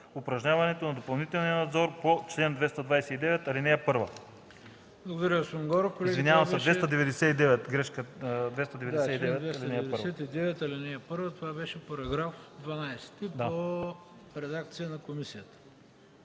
упражняването на допълнителния надзор по чл. 299, ал. 1.”